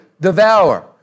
devour